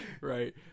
right